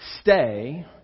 stay